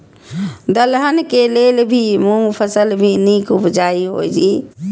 दलहन के लेल भी मूँग फसल भी नीक उपजाऊ होय ईय?